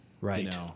Right